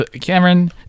cameron